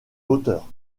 hauteur